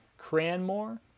Cranmore